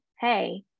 hey